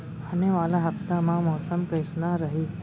आने वाला हफ्ता मा मौसम कइसना रही?